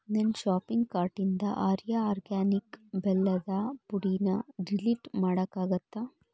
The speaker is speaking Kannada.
ನನ್ನ ಶಾಪಿಂಗ್ ಕಾರ್ಟಿಂದ ಆರ್ಯ ಆರ್ಗ್ಯಾನಿಕ್ ಬೆಲ್ಲದ ಪುಡಿನ ಡಿಲೀಟ್ ಮಾಡೋಕ್ಕಾಗತ್ತಾ